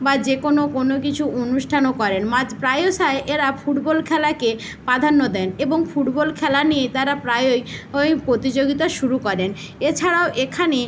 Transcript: বা যে কোনো কোনো কিছু অনুষ্ঠানও করেন মাঝ প্রায়শই এরা ফুটবল খেলাকে প্রাধান্য দেন এবং ফুটবল খেলা নিয়ে তারা প্রায়ই ওই প্রতিযোগিতা শুরু করেন এছাড়াও এখানে